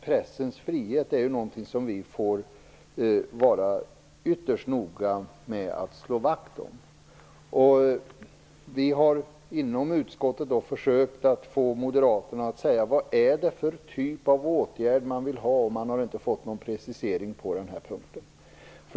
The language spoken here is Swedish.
Men faktum är att vi får vara ytterst noga med att slå vakt om pressens frihet. Vi har inom utskottet försökt få moderaterna att ange vilken typ av åtgärd som de vill ha, men vi har inte fått någon precisering på den punkten.